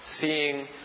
seeing